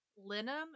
linum